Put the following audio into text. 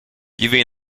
vive